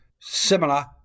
similar